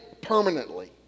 permanently